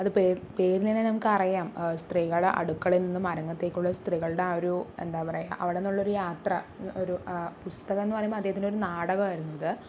അത് പേര് പേരിന് തന്നെ നമുക്കറിയാം സ്ത്രീകളെ അടുക്കളയില് നിന്നും അരങ്ങത്തേക്കുള്ള സ്ത്രീകളുടെ ആ ഒരു എന്താ പറയുക അവിടുന്നുള്ള ഒരു യാത്ര ഒരു പുസ്തകമെന്ന് പറയുമ്പോൾ അദ്ദേഹത്തിൻ്റെ ഒരു നാടകമായിരുന്ന് ഇത്